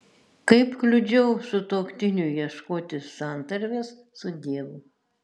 kaip kliudžiau sutuoktiniui ieškoti santarvės su dievu